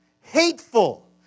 hateful